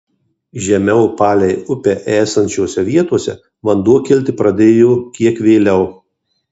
žemiau palei upę esančiose vietose vanduo kilti pradėjo kiek vėliau